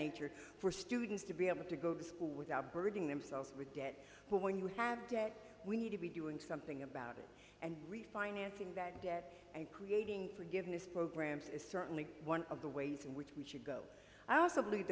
nature for students to be able to go to school without burdening themselves with debt but when you have day we need to be doing something about it and refinancing that debt and creating forgiveness programs is certainly one of the ways in which we should go i also believe